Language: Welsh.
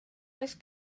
oes